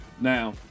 Now